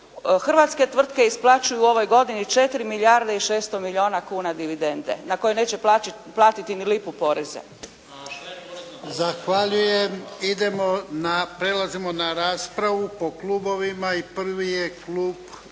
Hrvatske tvrtke isplaćuju u ovoj godini 4 milijarde i 600 milijuna kuna dividende na koju neće platiti ni lipu poreza. **Jarnjak, Ivan (HDZ)** Zahvaljujem. Prelazimo na raspravu po klubovima i prvi je klub